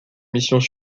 missions